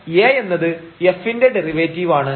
എന്തെന്നാൽ A എന്നത് f ന്റെ ഡെറിവേറ്റീവ് ആണ്